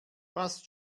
passt